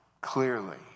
clearly